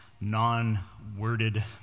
non-worded